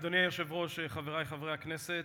אדוני היושב-ראש, חברי חברי הכנסת,